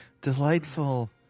Delightful